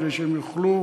כדי שהם יוכלו